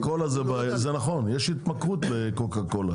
בקולה זה בעיה, זה נכון, יש התמכרות לקוקה קולה.